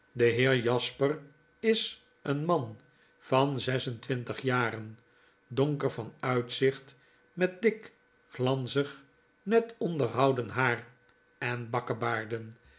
de heer jasper is een man van zes en twintig jaren donker van uitzicht met dik glanzig net onderhouden haar en